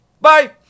bye